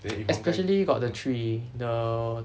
especially got the tree the